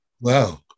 Wow